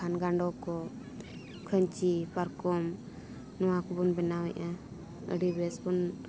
ᱠᱷᱟᱱ ᱜᱟᱸᱰᱳ ᱠᱚ ᱠᱷᱟᱹᱧᱪᱤ ᱯᱟᱨᱠᱚᱢ ᱱᱚᱣᱟ ᱠᱚᱵᱚᱱ ᱵᱮᱱᱟᱣ ᱮᱫᱼᱟ ᱟᱹᱰᱤ ᱵᱮᱥ ᱵᱚᱱ